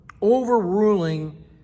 overruling